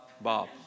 Bob